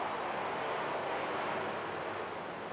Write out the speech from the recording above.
uh